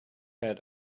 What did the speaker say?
pad